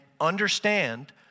understand